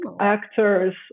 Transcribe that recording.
actors